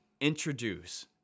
introduce